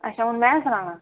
अच्छा हून में सनाना